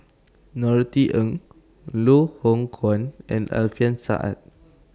Norothy Ng Loh Hoong Kwan and Alfian Sa'at